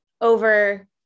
over